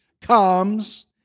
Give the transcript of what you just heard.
comes